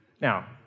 Now